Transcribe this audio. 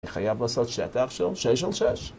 חייב לעשות שטח של שש על שש